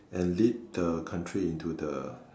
and lead the country into the